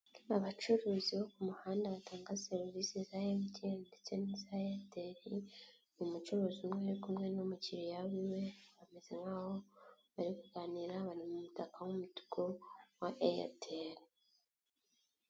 Abacuruzi bo ku muhanda batanga serivisi za MTN, ndetse n'iza Eyateri, umucuruzi umwe uri kumwe n'umukiriya wiwe, bameze nkaho bari kuganira, bari mu mutaka w'umutuku wa Eyateri.